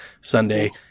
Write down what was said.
Sunday